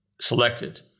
selected